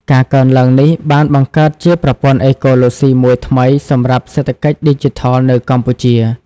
ការកើនឡើងនេះបានបង្កើតជាប្រព័ន្ធអេកូឡូស៊ីមួយថ្មីសម្រាប់សេដ្ឋកិច្ចឌីជីថលនៅកម្ពុជា។